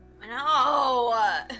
No